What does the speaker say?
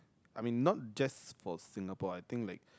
I mean not just for Singapore I think like